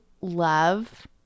love